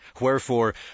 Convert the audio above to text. Wherefore